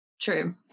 true